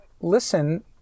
listen